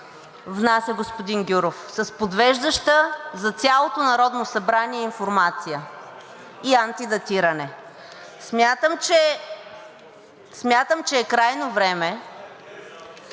внася господин Гюров – с подвеждаща за цялото Народно събрание информация и антидатиране. Смятам, че е крайно време